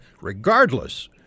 regardless